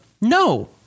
No